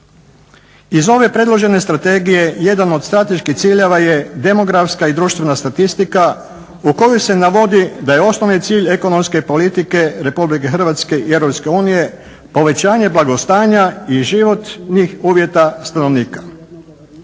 Iz ove predložene strategije jedan od strateških ciljeva je demografska i društvena statistika u kojoj se navodi da je osnovni cilj ekonomske politike Republike Hrvatske i Europske unije povećanje blagostanja i životnih uvjeta stanovnika.